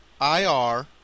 IR